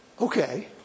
okay